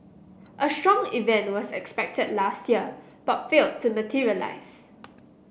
a strong event was expected last year but failed to materialise